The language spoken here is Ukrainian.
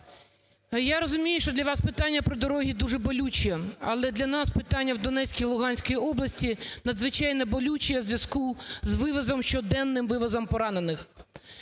Я розумію, що для вас питання про дороги дуже болюче, але для нас питання в Донецькій, Луганській областях надзвичайно болюче в зв'язку з вивозом, щоденним вивозом поранених.